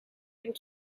able